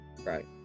Right